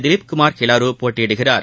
திலீப்குமார் கிலாரு போட்டியிடுகிறார்